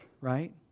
right